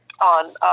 on